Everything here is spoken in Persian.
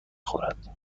خورد